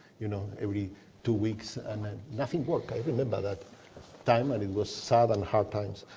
you know every two weeks, and and nothing worked. i remember that time and it was sad and hard times.